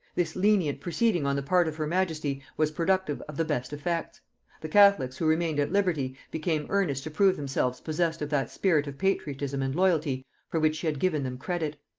this lenient proceeding on the part of her majesty was productive of the best effects the catholics who remained at liberty became earnest to prove themselves possessed of that spirit of patriotism and loyalty for which she had given them credit.